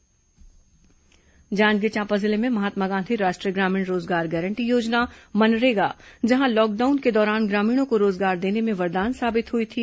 मनरेगा जांजगीर चांपा जिले में महात्मा गांधी राष्ट्रीय ग्रामीण रोजगार गारंटी योजना मनरेगा जहां लॉकडाउन के दौरान ग्रामीणों को रोजगार देने में वरदान साबित हुई थी